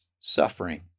suffering